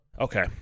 Okay